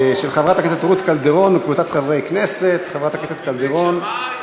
(תיקון, סיוע משפטי להגשת בקשה לצו מגבלות) עברה,